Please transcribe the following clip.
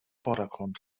vordergrund